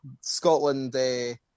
Scotland